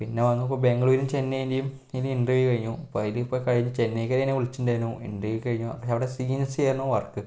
പിന്നെ വന്നപ്പോൾ ബാംഗ്ലൂരും ചെന്നയീന്റേയും ഇനി ഇന്റർവ്യൂ കഴിഞ്ഞു ഇപ്പോൾ ഇതിപ്പം കഴിഞ്ഞ ചെന്നൈക്കെന്നെ വിളിച്ചിട്ടുണ്ടായിരുന്നു ഇന്റർവ്യൂ കഴിഞ്ഞു അവിടെ ആയിരുന്നു വർക്ക്